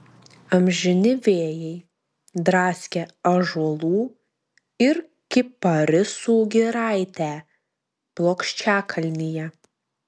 amžini vėjai draskė ąžuolų ir kiparisų giraitę plokščiakalnyje